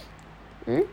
!huh!